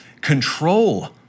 control